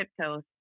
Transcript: cryptos